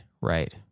Right